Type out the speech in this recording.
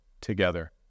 together